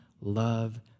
love